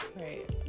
right